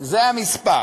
זה המספר.